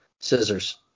scissors